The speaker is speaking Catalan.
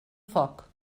foc